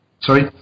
Sorry